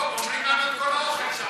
לא, גומרים לנו את כל האוכל שם.